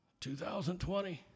2020